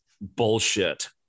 bullshit